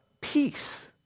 peace